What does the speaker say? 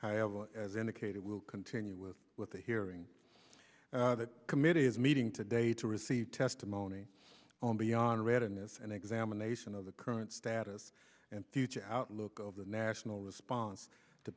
however as indicated will continue with with the hearing that committee is meeting today to receive testimony on beyond reading this an examination of the current status and due to outlook of the national response to